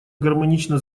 гармонично